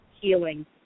healing